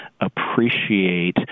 appreciate